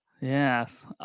Yes